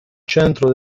centro